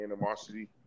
animosity